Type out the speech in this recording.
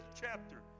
chapter